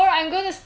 I don't know